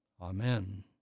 Amen